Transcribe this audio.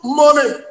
money